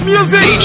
Music